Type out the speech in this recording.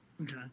Okay